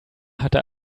hatte